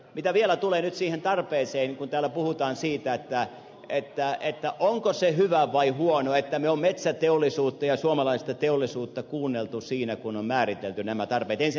mitä vielä tulee nyt siihen tarpeeseen kun täällä puhutaan siitä onko se hyvä vai huono että me olemme metsäteollisuutta ja suomalaista teollisuutta kuunnelleet siinä kun on määritelty nämä tarpeet ensinnäkin ed